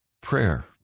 prayer